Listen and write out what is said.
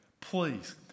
please